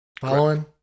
Following